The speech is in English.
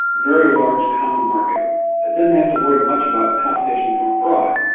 very large common market. it didn't have to worry much about competition from abroad.